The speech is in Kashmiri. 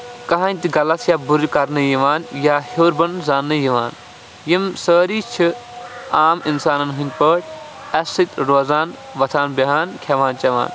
کٕہینۍ تہِ غلط یا بُرٕ کَرنہٕ یِوان یا ہیوٚر بوٚن زاننہٕ یِوان یِم سٲری چھِ عام اِنسانن ہِندۍ پٲٹھۍ اَسہِ سۭتۍ روزان وۄتھان بِہان کھیٚوان چیٚوان